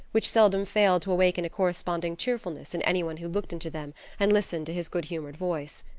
which seldom failed to awaken a corresponding cheerfulness in any one who looked into them and listened to his good-humored voice.